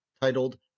titled